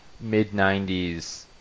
mid-90s